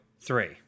three